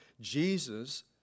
Jesus